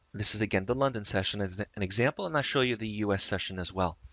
this is again, the london session, as an example. and i show you the u s session as well,